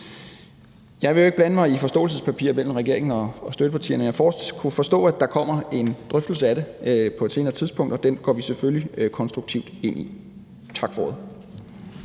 Jeg vil ikke blande mig i forståelsespapiret mellem regeringen og støttepartierne. Jeg kunne forstå, at der kommer en drøftelse af det på et senere tidspunkt, og den går vi selvfølgelig konstruktivt ind i. Tak for ordet.